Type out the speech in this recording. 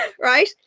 right